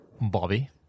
Bobby